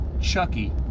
Chucky